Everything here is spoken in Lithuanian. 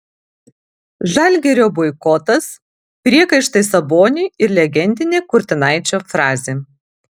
žalgirio boikotas priekaištai saboniui ir legendinė kurtinaičio frazė